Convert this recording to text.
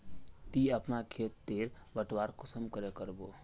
ती अपना खेत तेर बटवारा कुंसम करे करबो?